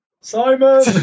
Simon